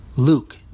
Luke